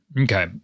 okay